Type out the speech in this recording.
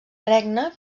regne